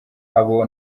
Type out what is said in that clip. abo